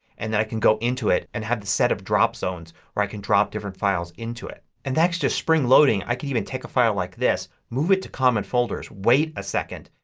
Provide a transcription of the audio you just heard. and then i can go into it and have the set of drop zones where i can drop different files into it. and thanks to spring loading i can even take a file like this, move it to common folders, wait a second,